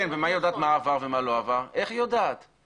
ומה היא יודעת מה עבר ומה לא עבר?